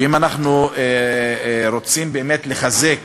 שאם אנחנו רוצים באמת לחזק